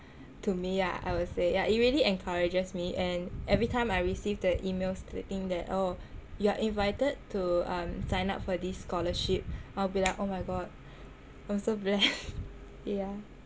to me ah I would say yah it really encourages me and every time I receive the emails stating that oh you are invited to um sign up for this scholarship I'll be like oh my god I'm so blessed yah